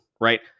right